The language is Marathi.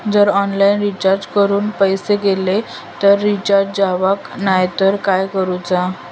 जर ऑनलाइन रिचार्ज करून पैसे गेले आणि रिचार्ज जावक नाय तर काय करूचा?